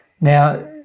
Now